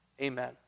Amen